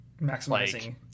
maximizing